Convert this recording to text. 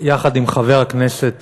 יחד עם חבר הכנסת